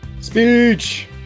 Speech